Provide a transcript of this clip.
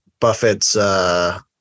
Buffett's